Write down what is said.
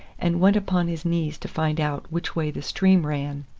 and went upon his knees to find out which way the stream ran.